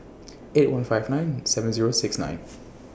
eight one five nine seven Zero six nine